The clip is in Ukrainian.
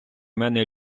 мене